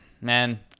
Man